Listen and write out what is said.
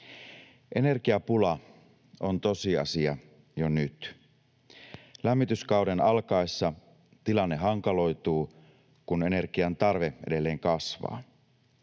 Energiapula on tosiasia jo nyt. Lämmityskauden alkaessa tilanne hankaloituu, kun energiantarve edelleen kasvaa.